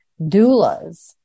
doulas